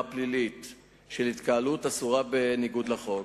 פלילית של התקהלות אסורה בניגוד לחוק,